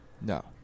No